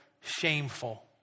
Shameful